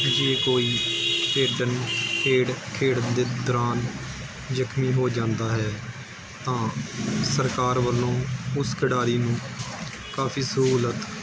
ਜੇ ਕੋਈ ਖੇਡਣ ਖੇਡ ਖੇਡਣ ਦੇ ਦੌਰਾਨ ਜ਼ਖਮੀ ਹੋ ਜਾਂਦਾ ਹੈ ਤਾਂ ਸਰਕਾਰ ਵੱਲੋਂ ਉਸ ਖਿਡਾਰੀ ਨੂੰ ਕਾਫੀ ਸਹੂਲਤ